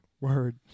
Word